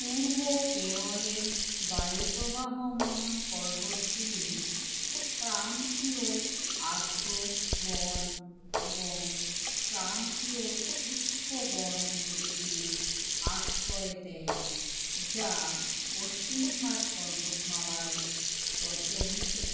পূর্ব কেরলের বায়ু প্রবাহমান পর্বতগুলি ক্রান্তীয় আর্দ্র বন এবং ক্রান্তীয় শুষ্ক বনগুলিকে আশ্রয় দেয় যা পশ্চিমঘাট পর্বতমালায় প্রচলিত